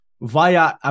via